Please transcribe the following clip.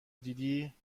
دیدی